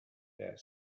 that